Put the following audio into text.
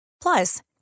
Plus